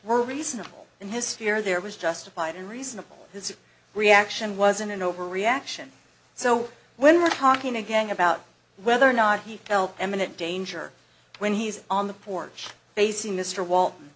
were reasonable and his fear there was justified and reasonable his reaction wasn't an overreaction so when we're talking again about whether or not he felt imminent danger when he's on the porch